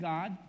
God